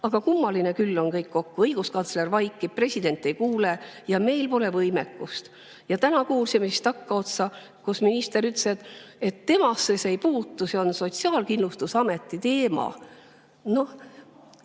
Aga kummaline küll on kõik kokku. Õiguskantsler vaikib, president ei kuule ja meil pole võimekust. Ja täna kuulsime siis takkaotsa, kuidas minister ütles, et temasse see ei puutu, see on Sotsiaalkindlustusameti teema. Noh,